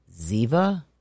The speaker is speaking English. Ziva